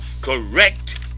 correct